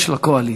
לקואליציה.